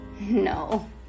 No